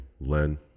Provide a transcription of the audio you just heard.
Len